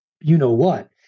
you-know-what